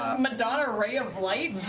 madonna, ray of light?